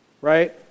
right